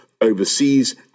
overseas